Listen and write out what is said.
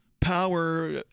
power